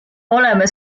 oleme